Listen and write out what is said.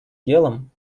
делом